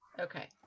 okay